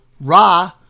ra